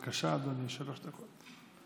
בבקשה, אדוני, שלוש דקות.